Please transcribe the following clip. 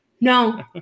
No